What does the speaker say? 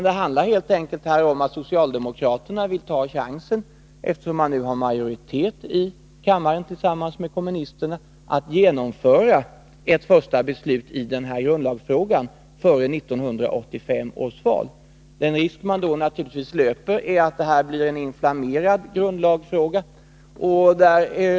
Det handlar här helt enkelt om att socialdemokraterna vill ta chansen, eftersom de nu har majoritet i kammaren tillsammans med kommunisterna, att genomföra ett första beslut i denna grundlagsfråga före 1985 års val. Den risk man då naturligtvis löper är att detta blir en inflammerad grundlagsfråga.